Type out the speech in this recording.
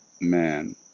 man